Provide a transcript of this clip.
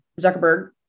Zuckerberg